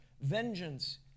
vengeance